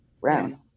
brown